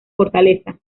fortaleza